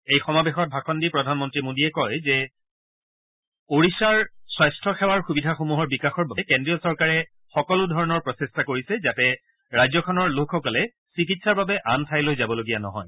এই সমাবেশত ভাষণ দি প্ৰধানমন্ত্ৰী মোডীয়ে কয় যে ওড়িশাৰ স্বাস্থ্য সেৱা সুবিধাসমূহৰ বিকাশৰ বাবে সকলো ধৰণৰ প্ৰয়াস কৰিছে যাতে ৰাজ্যখনৰ লোকসকলে চিকিৎসাৰ বাবে আন ঠাইলৈ যাবলগীয়া নহয়